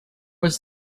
was